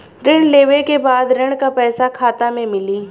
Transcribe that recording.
ऋण लेवे के बाद ऋण का पैसा खाता में मिली?